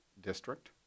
district